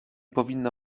powinno